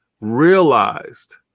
realized